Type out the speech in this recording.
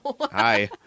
hi